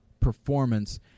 performance